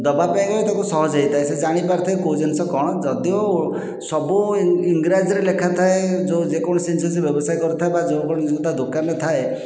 ଦେବା ପାଇଁକା ତାକୁ ସହଜ ହୋଇଥାଏ ସେ ଜାଣିପାରିଥାଏ କେଉଁ ଜିନିଷ କ'ଣ ଯଦିଓ ସବୁ ଇଂରାଜୀରେ ଲେଖାଥାଏ ଯେକୌଣସି ଜିନିଷ ସେ ବ୍ୟବସାୟ କରିଥାଏ ବା ଯେକୌଣସି ଦୋକାନରେ ଥାଏ